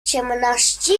ciemności